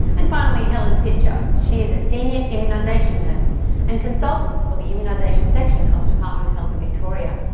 and finally, helen pitcher. she is a senior immunisation nurse and consultant for the immunisation section of the department of health in victoria.